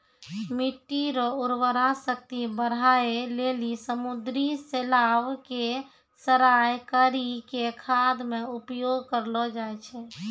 मिट्टी रो उर्वरा शक्ति बढ़ाए लेली समुन्द्री शैलाव के सड़ाय करी के खाद मे उपयोग करलो जाय छै